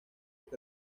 que